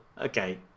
Okay